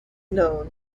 known